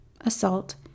assault